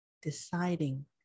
deciding